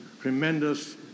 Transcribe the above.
tremendous